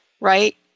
right